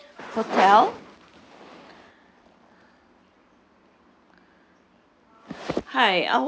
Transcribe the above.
hotel